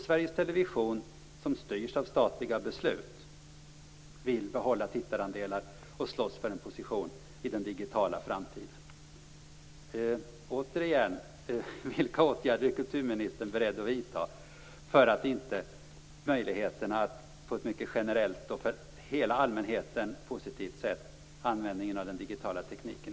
Sveriges Television, som styrs av statliga beslut, vill behålla tittarandelar och slåss för en position i den digitala framtiden."